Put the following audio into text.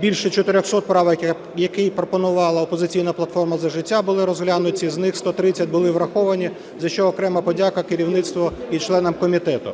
більше 400 правок, які пропонувала "Опозиційна платформа - За життя" були розглянуті. З них 130 були враховані, за що окрема подяка керівництву і членам комітету.